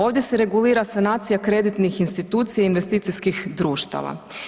Ovdje se regulira sanacija kreditnih institucija i investicijskih društava.